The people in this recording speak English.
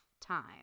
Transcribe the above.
time